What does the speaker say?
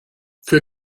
für